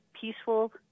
peaceful